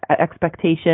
expectation